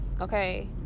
Okay